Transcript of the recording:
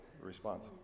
response